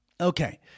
Okay